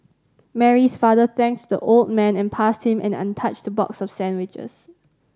Mary's father thanked the old man and passed him an untouched box of sandwiches